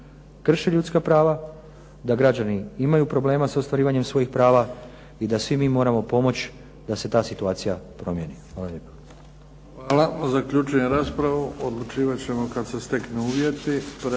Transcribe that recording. krše ljudska prava, da građani imaju problema s ostvarivanjem svojih prava i da svi mi moramo pomoći da se ta situacija promijeni. Hvala